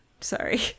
sorry